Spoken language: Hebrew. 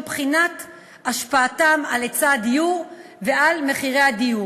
בחינת השפעתם על היצע הדיור ועל מחירי הדיור.